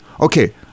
okay